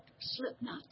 Slipknot